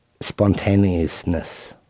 spontaneousness